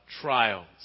trials